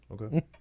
Okay